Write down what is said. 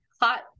hot